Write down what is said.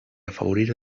afavorir